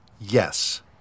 Yes